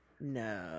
No